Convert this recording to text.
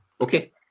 Okay